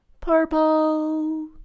purple